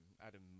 Adam